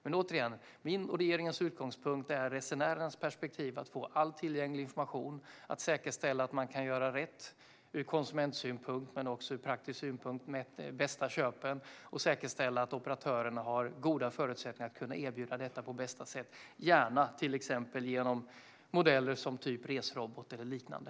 Min och regeringens utgångspunkt är resenärens perspektiv att få all tillgänglig information, att säkerställa att konsumenten kan göra rätt från en praktisk synpunkt för bästa köp samt säkerställa att operatörerna har goda förutsättningar att erbjuda dessa tjänster på bästa sätt - gärna med hjälp av modeller av typen Resrobot eller liknande.